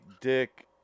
Dick